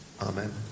Amen